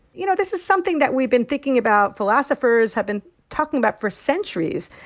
you know, this is something that we've been thinking about, philosophers have been talking about for centuries.